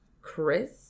Chris